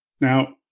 Now